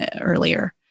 earlier